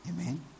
Amen